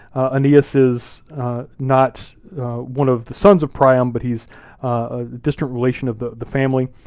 aeneas is not one of the sons of priam, but he's a distant relation of the the family.